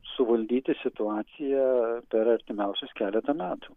suvaldyti situaciją per artimiausius keletą metų